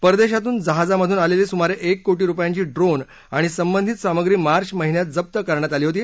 परदेशातून जहाजामधून आलेली सुमारे एक कोटी रुपयांची ड्रोन आणि संबंधित सामुग्री मार्च महिन्यात जप्त करण्यात आली होती